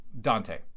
Dante